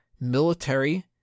military